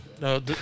No